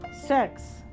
Sex